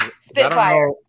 spitfire